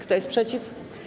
Kto jest przeciw?